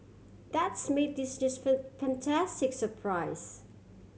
that's made this fantastic surprise